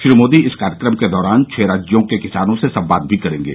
श्री मोदी इस कार्यक्रम के दौरान छह राज्यों के किसानों से संवाद भी करेंगे